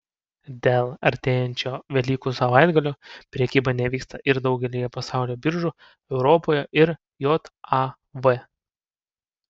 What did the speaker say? dėl artėjančio velykų savaitgalio prekyba nevyksta ir daugelyje pasaulio biržų europoje ir jav